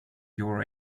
your